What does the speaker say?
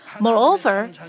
Moreover